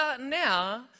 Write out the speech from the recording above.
now